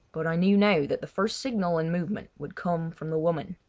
but i knew now that the first signal and movement would come from the woman,